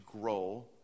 grow